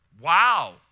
Wow